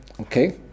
Okay